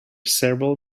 several